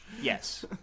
Yes